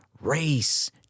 race